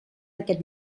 aquest